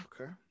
Okay